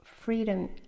freedom